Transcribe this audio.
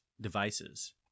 devices